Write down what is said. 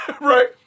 right